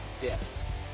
death